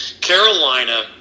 Carolina